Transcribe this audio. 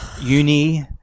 uni